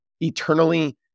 eternally